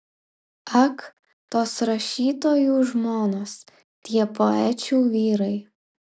ak tos rašytojų žmonos tie poečių vyrai